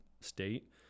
state